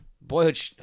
Boyhood